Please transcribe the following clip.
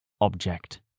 object